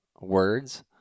words